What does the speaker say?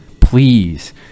Please